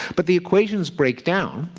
but the equations break down,